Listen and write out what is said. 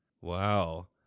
Wow